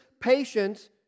patience